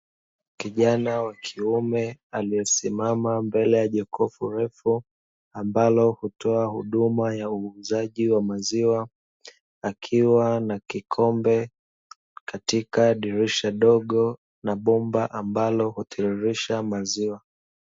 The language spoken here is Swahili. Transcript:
Kijana wakiume aliyesimama mbele ya jokofu refu ambalo hutoa huduma ya uuzaji wa maziwa, akiwa na kikombe katika dirisha dogo na bomba ambalo hutiririsha maziwa.